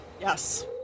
Yes